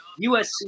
USC